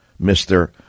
Mr